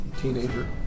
teenager